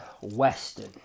western